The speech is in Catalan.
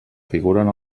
figuren